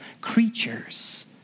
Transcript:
creatures